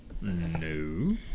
No